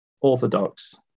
orthodox